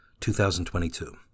2022